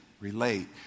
Relate